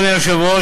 אדוני היושב-ראש,